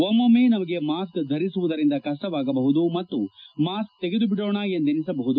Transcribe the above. ಒಮ್ಮೊಮ್ಮೆ ನಮಗೆ mask ಧರಿಸುವುದರಿಂದ ಕಷ್ತವಾಗಬಹುದು ಮತ್ತು ಮಾಸ್ಕ್ ತೆಗೆದುಬಿಡೋಣ ಎಂದೆನ್ನಿಸಬಹುದು